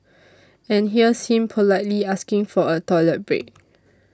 and here's him politely asking for a toilet break